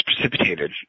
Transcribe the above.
precipitated